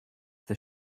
this